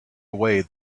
away